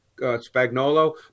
Spagnolo